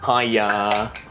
Hiya